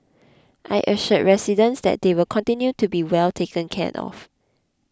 I assured residents that they will continue to be well taken care of